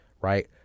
right